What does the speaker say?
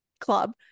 club